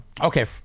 Okay